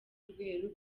rweru